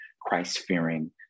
Christ-fearing